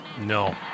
No